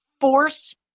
force